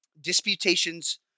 disputations